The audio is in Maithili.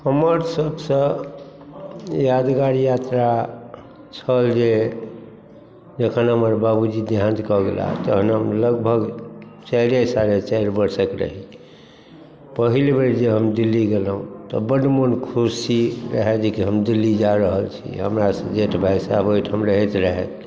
हमर सबसँ यादगार यात्रा छल जे जखन हमर बाबूजी देहान्त कऽ गेलाह तहन हम लगभग चारिए साढ़े चारि वर्षक रही पहिल बेर जे हम दिल्ली गेलहुँ तऽ बड्ड मन खुशी रहै जे कि हम दिल्ली जा रहल छी हमरासँ जेठ भाइ सहैब ओहिठाम रहैत रहथि